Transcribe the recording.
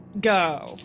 go